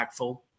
impactful